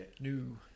new